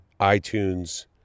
iTunes